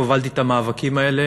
הובלתי את המאבקים האלה